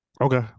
Okay